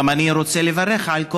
אני רוצה לברך גם על כל,